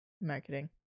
marketing